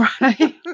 right